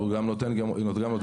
הוא גם נותן גימלים.